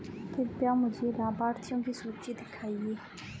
कृपया मुझे लाभार्थियों की सूची दिखाइए